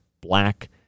black